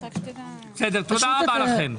בסדר, תודה רבה לכם.